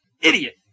Idiot